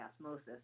osmosis